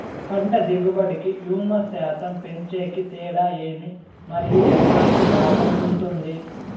పంట దిగుబడి కి, హ్యూమస్ శాతం పెంచేకి తేడా ఏమి? మరియు ఎట్లాంటి లాభం ఉంటుంది?